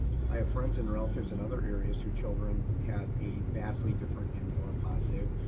i have friends and relatives in other areas whose children had a vastly different and more positive,